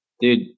dude